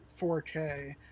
4K